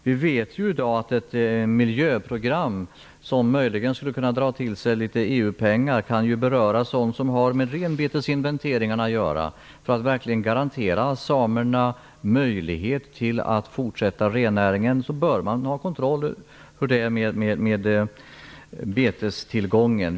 Vi vet ju i dag att ett miljöprogram som möjligen skulle kunna dra till sig litet EU-pengar kan beröra sådant som har med renbetesinventeringarna att göra. För att samerna verkligen skall kunna garanteras möjlighet att fortsätta med rennäringen bör man ha kontroll över hur det förhåller sig med renbetestillgången.